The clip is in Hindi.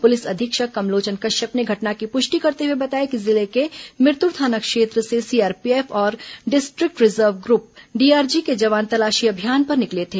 पुलिस अधीक्षक कमलोचन कश्यप ने घटना की पुष्टि करते हुए बताया कि जिले के मिरतुर थाना क्षेत्र से सीआरपीएफ और डिस्ट्रिक्ट रिजर्व ग्रुप डीआरजी के जवान तलाशी अभियान पर निकले थे